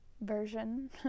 version